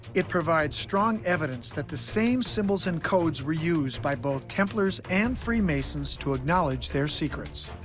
it provides strong evidence that the same symbols and codes were used by both templars and freemasons to acknowledge their secrets.